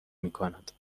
میکنند